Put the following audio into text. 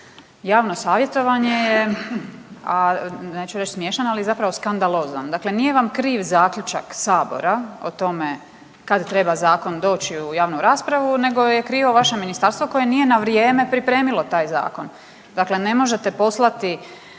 javno savjetovanje je, a neću reći smiješan, ali zapravo skandalozan. Dakle, nije vam kriv zaključak sabora o tome kada treba zakon doći u javnu raspravu nego je krivo vaše ministarstvo koje nije na vrijeme pripremilo taj zakon. Dakle, ne možete poslati